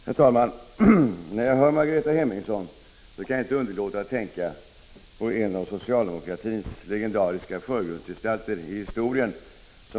Herr talman! När jag hör Margareta Hemmingsson kan jag inte underlåta att tänka på en av socialdemokratins legendariska förgrundsgestalter i historien.